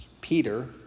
peter